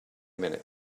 minute